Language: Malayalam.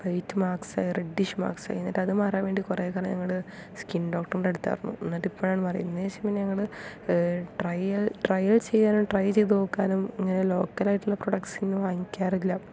വൈറ്റ് മാർക്ക്സ് ആയി റെഡ്ഡിഷ് മാർക്ക്സ് ആയി എന്നിട്ട് അത് മാറാൻ വേണ്ടി കുറെ കാലം ഞങ്ങൾ സ്കിൻ ഡോക്ടറിന്റെ അടുത്ത് ആയിരുന്നു എന്നിട്ട് ഇപ്പോഴാണ് മാറിയത് അതിനുശേഷം പിന്നെ ഞങ്ങൾ ട്രൈ ട്രൈകൾ ചെയ്യാനും ട്രൈ ചെയ്തു നോക്കാനും ഇങ്ങനെ ലോക്കൽ ആയിട്ടുള്ള പ്രൊഡക്ട്സ് ഇങ്ങനെ വാങ്ങിക്കാറില്ല